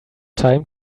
time